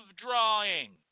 drawing